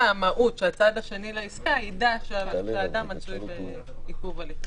פה זה המהות - שהצד השני לעסקה יידע שהאדם מצוי עיכוב הליכים.